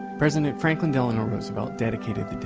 president franklin delano roosevelt dedicated